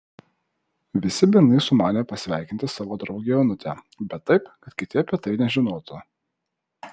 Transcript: visi bernai sumanė pasveikinti savo draugę onutę bet taip kad kiti apie tai nežinotų